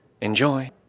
Enjoy